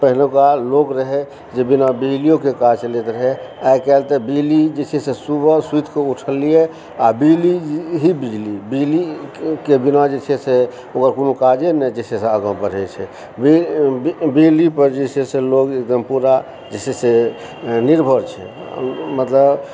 पहिलुका जे लोक रहय जे बिना बिजलियों के काज चलति रहय आइकाल्हि तऽ बिजली जे छै से सुबह सुतिकऽ उठलियै आ बिजली ही बिजलीके बिना जे छै से ओकर कोनो काजे नहि जे छै से आगाँ बढ़य छै बिजली पर जे छै से लोग एकदम पूरा जे छै से निर्भर छै मतलब